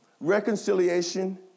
reconciliation